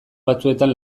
batzuetan